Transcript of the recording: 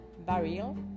barrel